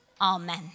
amen